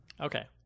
Okay